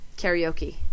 karaoke